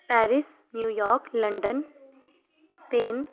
Paris New York London Spain